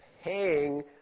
paying